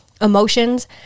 emotions